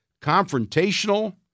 confrontational